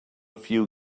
few